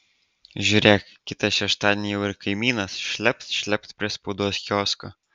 žiūrėk kitą šeštadienį jau ir kaimynas šlept šlept prie spaudos kiosko